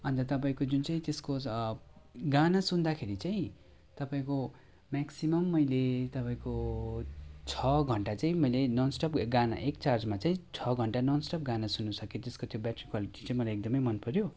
अन्त तपाईँको जुन चाहिँ त्यसको स गाना सुन्दाखेरि चाहिँ तपाईँको मेक्सिमम मैले तपाईँको छ घन्टा चाहिँ मैले नन स्टप गाना एक चार्जमा चाहिँ छ घन्टा नन स्टप गाना सुन्न सकेँ त्यसको त्यो ब्याट्री क्वालिटी चाहिँ मलाइ एकदमै मन पऱ्यो